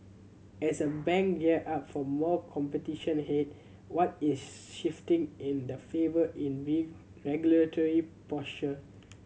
as a bank gear up for more competition ahead what is shifting in the favour in regulatory posture